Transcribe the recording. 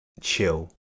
chill